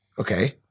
okay